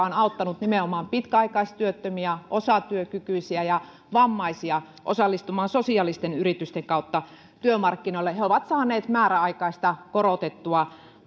on auttanut nimenomaan pitkäaikaistyöttömiä osatyökykyisiä ja vammaisia osallistumaan sosiaalisten yritysten kautta työmarkkinoille he he ovat saaneet määräaikaista korotettua